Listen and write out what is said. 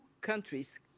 countries